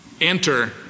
Enter